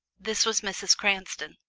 this was mrs. cranston.